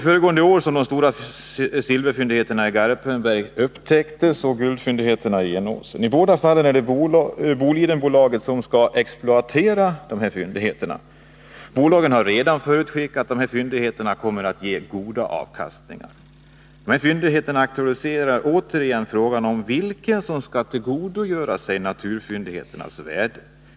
Förra året upptäcktes de stora silverfyndigheterna i Garpenberg och guldfyndigheterna i Enåsen. I båda fallen är det Bolidenbolaget som skall exploatera fyndigheterna. Bolaget har redan förutskickat att de kommer att ge god avkastning. Detta aktualiserar återigen frågan om vem som skall tillgodogöra sig värdet av sådana naturfyndigheter.